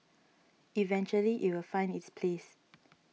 eventually it will find its place